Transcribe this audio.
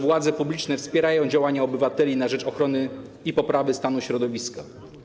Władze publiczne wspierają działania obywateli na rzecz ochrony i poprawy stanu środowiska”